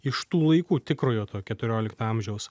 iš tų laikų tikrojo to keturiolikto amžiaus